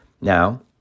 Now